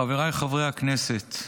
חבריי חברי הכנסת,